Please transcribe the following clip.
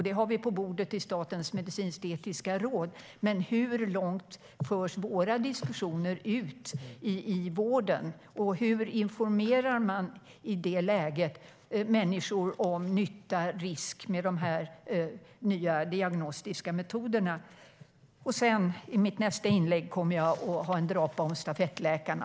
Den diskuterar vi i Statens medicinsk-etiska råd, men hur långt förs våra diskussioner ut i vården, och hur informerar man i det läget om nytta och risk med de nya diagnostiska metoderna? I mitt nästa inlägg kommer jag att ha en drapa om stafettläkarna.